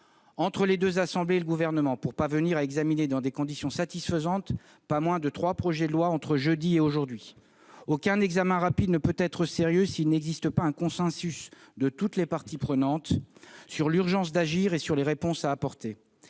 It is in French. entre les deux assemblées et le Gouvernement pour parvenir à examiner dans des conditions satisfaisantes pas moins de trois projets de loi entre jeudi et aujourd'hui. Aucun examen rapide ne peut être sérieux s'il n'existe pas un consensus de toutes les parties prenantes sur l'urgence d'agir et sur les réponses à apporter.